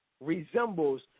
Resembles